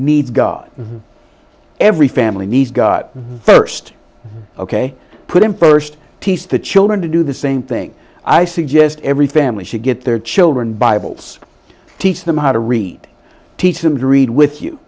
needs god every family needs got first ok put him first teach the children to do the same thing i suggest every family should get their children bibles teach them how to read teach them to read with you